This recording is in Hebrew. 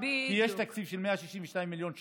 כי יש תקציב של 162 מיליון שקל,